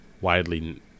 widely